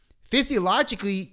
Physiologically